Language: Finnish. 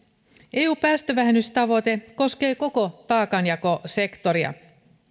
eun päästövähennystavoite koskee koko taakanjakosektoria